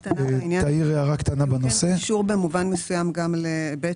הערה קטנה בעניין הזה שבמובן מסוים כן קשור גם להיבט